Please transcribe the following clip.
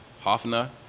Hoffner